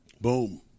Boom